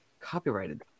copyrighted